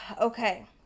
Okay